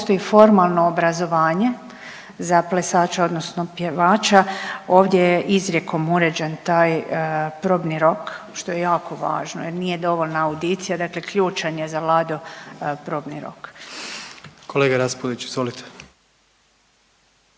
postoji formalno obrazovanje za plesača odnosno pjevača ovdje je izrijekom uređen taj probni rok što je jako važno jer nije dovoljna audicija, dakle ključan je za Lado probni rok. **Jandroković, Gordan